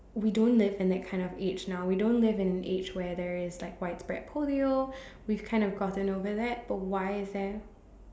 we don't live in that kind of age now we don't live in an age where there is like widespread polio we've kind of gotten over that but why is there